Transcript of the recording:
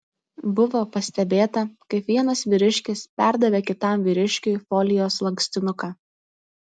buvo pastebėta kaip vienas vyriškis perdavė kitam vyriškiui folijos lankstinuką